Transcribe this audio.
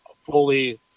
fully